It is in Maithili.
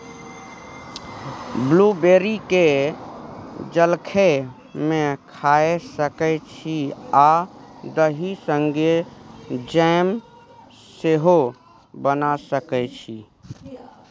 ब्लूबेरी केँ जलखै मे खाए सकै छी आ दही संगै जैम सेहो बना सकै छी